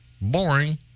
Boring